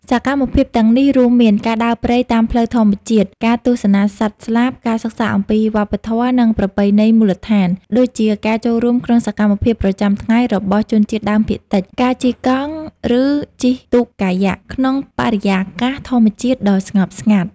សកម្មភាពទាំងនេះរួមមាន ការដើរព្រៃតាមផ្លូវធម្មជាតិ ការទស្សនាសត្វស្លាប ការសិក្សាអំពីវប្បធម៌ និងប្រពៃណីមូលដ្ឋាន ដូចជាការចូលរួមក្នុងសកម្មភាពប្រចាំថ្ងៃរបស់ជនជាតិដើមភាគតិច ការជិះកង់ ឬជិះទូកកាយ៉ាក់ក្នុងបរិយាកាសធម្មជាតិដ៏ស្ងប់ស្ងាត់។